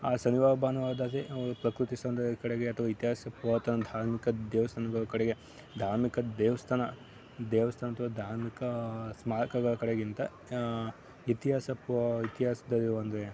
ಆ ಶನಿವಾರ ಭಾನುವಾರದಲ್ಲಿ ನಾವು ಪ್ರಕೃತಿ ಸೌಂದರ್ಯದ ಕಡೆಗೆ ಅಥವಾ ಇತಿಹಾಸದ ಪುರಾತನದ ಧಾರ್ಮಿಕ ದೇವಸ್ಥಾನಗಳ ಕಡೆಗೆ ಧಾರ್ಮಿಕ ದೇವಸ್ಥಾನ ದೇವಸ್ಥಾನ ಅಥವಾ ಧಾರ್ಮಿಕ ಸ್ಮಾರಕದ ಕಡೆಗಿಂತ ಇತಿಹಾಸ ಪುರಾ ಇತಿಹಾಸದಲ್ಲಿ ಒಂದೇ